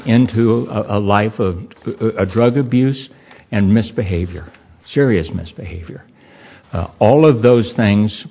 into a life of drug abuse and misbehavior serious misbehavior all of those things